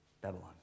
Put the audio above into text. Babylon